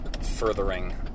furthering